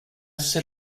sit